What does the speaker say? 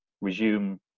resume